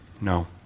No